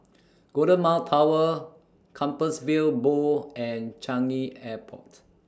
Golden Mile Tower Compassvale Bow and Changi Airport